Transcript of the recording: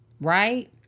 right